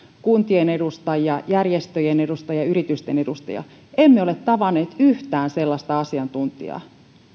kuntien edustajia järjestöjen edustajia ja yritysten edustajia emme ole tavanneet yhtään sellaista asiantuntijaa